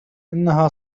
إنها